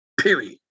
Period